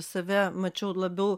save mačiau labiau